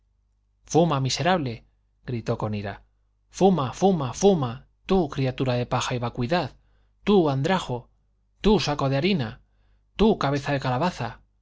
fuma miserable gritó con ira fuma fuma fuma tú criatura de paja y vacuidad tú andrajo tú saco de harina tú cabeza de calabaza